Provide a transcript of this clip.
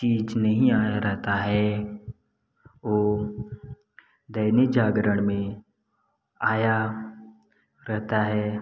चीज नहीं आया रहता है ओ दैनिक जागरण में आया रहता है